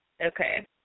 Okay